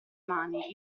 mani